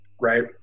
right